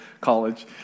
college